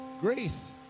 grace